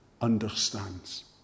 understands